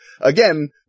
Again